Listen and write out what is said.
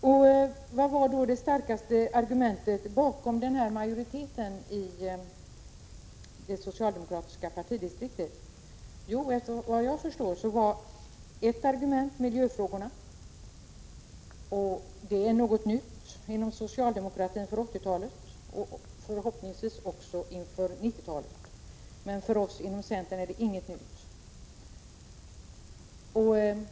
Vilket var då det starkaste argumentet bakom majoritetens i det socialdemokratiska partidistriktet ställningstagande? Jo, såvitt jag förstår var ett argument miljöaspekterna, och detta är något nytt inom socialdemokratin för 1980-talet och förhoppningsvis också inför 1990-talet. Men för oss inom centern är detta inget nytt.